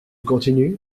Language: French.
continues